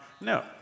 No